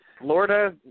Florida